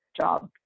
job